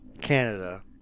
canada